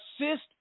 assist